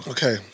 Okay